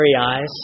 eyes